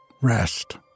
rest